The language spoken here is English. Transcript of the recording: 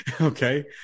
Okay